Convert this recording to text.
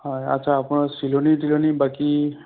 হয় আচ্ছা আপোনাৰ চিলনি তিলনি বাকী